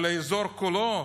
על האזור כולו?